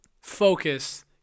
focus